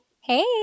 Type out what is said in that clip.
Hey